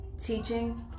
teaching